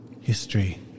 history